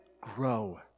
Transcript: grow